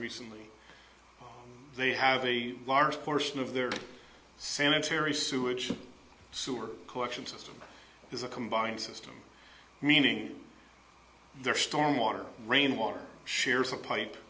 recently they have a large portion of their sanitary sewage sewer collection system is a combined system meaning there storm water rainwater shares a pipe